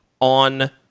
on